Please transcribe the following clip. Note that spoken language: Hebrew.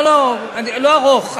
לא לא, לא ארוך.